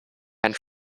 and